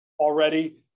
already